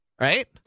right